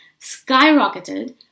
skyrocketed